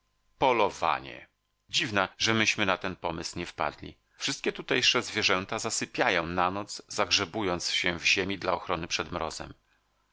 polowanie dziwna że myśmy na ten pomysł nie wpadli wszystkie tutejsze zwierzęta zasypiają na noc zagrzebując się w ziemi dla ochrony przed mrozem